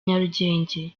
nyarugenge